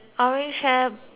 uh